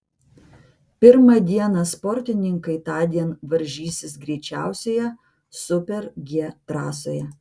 pirmą dieną sportininkai tądien varžysis greičiausioje super g trasoje